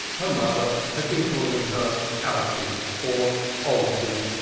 her mother had been calling her alte, or old un,